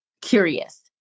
curious